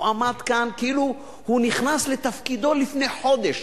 הוא עמד כאן כאילו הוא נכנס לתפקידו לפני חודש,